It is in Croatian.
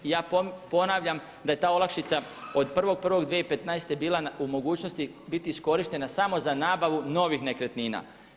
Ja ponavljam da je ta olakšica od 1.1.2015. bila u mogućnosti biti iskorištena samo za nabavu novih nekretnina.